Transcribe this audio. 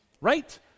right